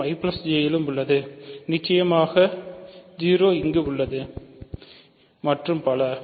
மற்றும் I J இல் உள்ளது நிச்சயமாக 0 இங்கு உள்ளது மற்றும் பல